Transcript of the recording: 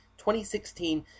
2016